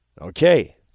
Okay